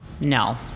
No